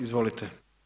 Izvolite.